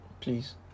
please